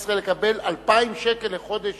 ישראל לקבל חשבון מים של 2,000 שקל לחודש.